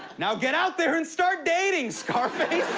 now get out there and start dating, scarface.